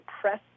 press